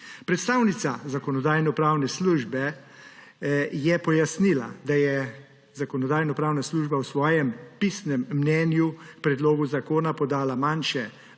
Predstavnica Zakonodajno-pravne službe je pojasnila, da je Zakonodajno-pravna služba v svojem pisnem mnenju k predlogu zakona podala manjše